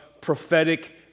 prophetic